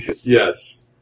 Yes